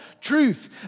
truth